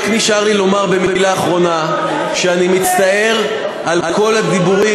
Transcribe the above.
רק נשאר לי לומר במילה אחרונה שאני מצטער על כל הדיבורים,